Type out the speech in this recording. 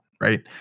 right